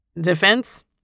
Defense